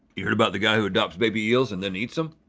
you heard about the guy who adopts baby eels and then eats em?